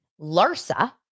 Larsa